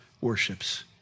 worships